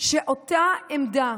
שאותה עמדה